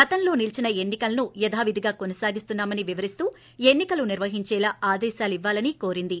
గతంలో నిలిచిన ఎన్ని కలను యథావిధిగా కొనసాగిస్తున్నా మని వివరిస్తూ ఎన్ని కలు నిర్వహించేలా ఆదేశాలివ్వాలని కోరింది